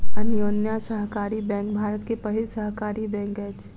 अन्योन्या सहकारी बैंक भारत के पहिल सहकारी बैंक अछि